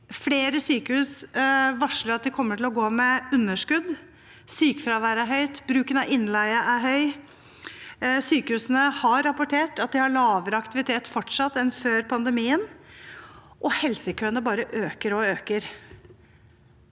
flere sykehus varsler at de kommer til å gå med underskudd, sykefraværet er høyt, bruken av innleie er høy, sy kehusene har rapportert at de fortsatt har lavere aktivitet enn før pandemien, og helsekøene bare øker og øker